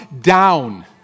down